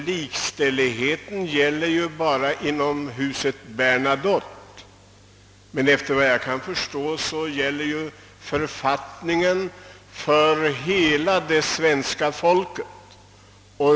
Likställigheten gäller ju bara inom huset Bernadotte, men efter vad jag kan förstå gäller författningen för hela det svenska folket.